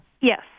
Yes